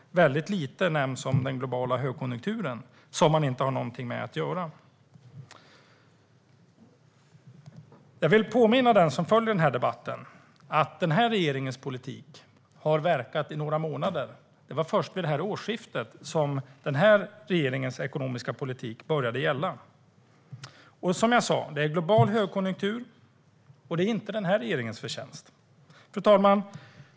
Väldigt lite nämns om den globala högkonjunkturen, som man inte har någonting med att göra. Jag vill påminna den som följer debatten om att den här regeringens politik har verkat i några månader. Det var först vid det här årsskiftet som regeringens ekonomiska politik började gälla. Som jag sa: Vi har en global högkonjunktur, och det är inte regeringens förtjänst. Fru talman!